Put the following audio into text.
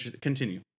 continue